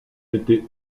été